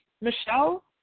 Michelle